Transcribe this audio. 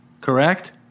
correct